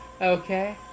Okay